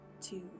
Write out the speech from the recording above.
two